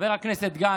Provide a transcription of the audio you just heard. חבר הכנסת גנץ,